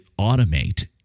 automate